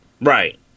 right